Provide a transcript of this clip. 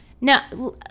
Now